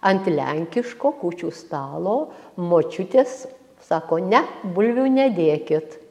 ant lenkiško kūčių stalo močiutės sako ne bulvių nedėkit